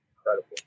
incredible